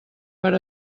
per